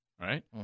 Right